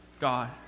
God